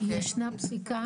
יש פסיקה